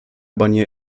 barnier